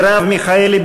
מרב מיכאלי,